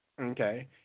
okay